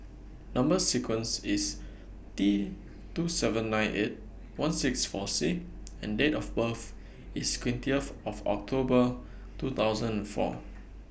Number sequence IS T two seven nine eight one six four C and Date of birth IS twentieth of October two thousand four